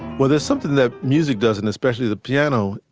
well, there's something that music doesn't, especially the piano,